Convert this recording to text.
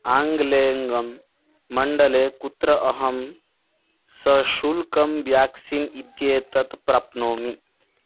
आङ्ग्लेङ्गं मण्डले कुत्र अहं सशुल्कं व्याक्सीन् इत्येतत् प्राप्नोमि